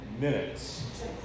minutes